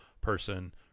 person